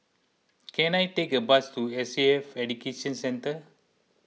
can I take a bus to S A F Education Centre